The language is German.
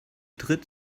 tritt